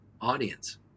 audience